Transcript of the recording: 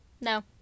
No